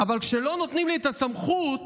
אבל כשלא נותנים לי את הסמכות